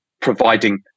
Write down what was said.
providing